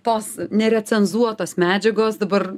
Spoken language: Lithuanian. tos nerecenzuotos medžiagos dabar